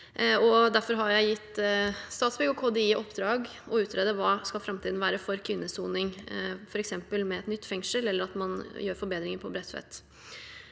Derfor har jeg gitt Statsbygg og KDI i oppdrag å utrede hva framtiden skal være for kvinnesoning, f.eks. et nytt fengsel eller at man gjør forbedringer på Bredtveit.